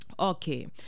okay